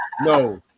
no